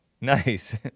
Nice